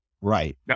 Right